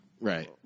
Right